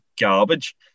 garbage